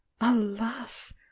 alas